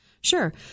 Sure